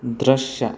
ದೃಶ್ಯ